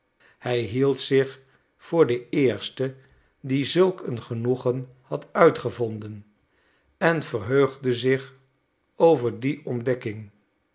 hij hield zich voor den eerste die zulk een genoegen had uitgevonden en verheugde zich over die ontdekking